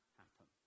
happen